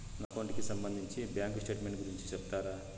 నా అకౌంట్ కి సంబంధించి బ్యాంకు స్టేట్మెంట్ గురించి సెప్తారా